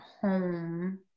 home